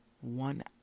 one